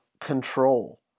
control